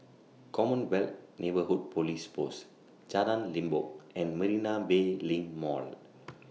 Commonwealth Neighbourhood Police Post Jalan Limbok and Marina Bay LINK Mall